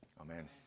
amen